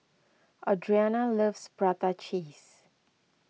Audriana loves Prata Cheese